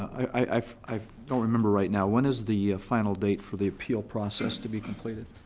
i i don't remember right now, when is the final date for the appeal process to be completed?